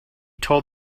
told